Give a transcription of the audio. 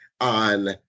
on